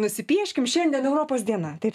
nusipieškim šiandien europos diena taip